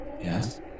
Yes